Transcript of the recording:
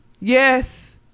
yes